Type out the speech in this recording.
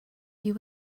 you